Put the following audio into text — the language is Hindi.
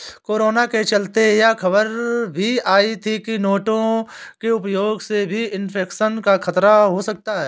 कोरोना के चलते यह खबर भी आई थी की नोटों के उपयोग से भी इन्फेक्शन का खतरा है सकता है